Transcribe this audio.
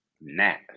nap